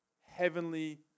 heavenly